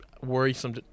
worrisome